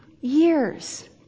years